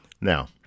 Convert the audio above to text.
Now